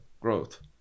growth